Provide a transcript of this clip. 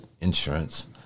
insurance